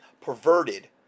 perverted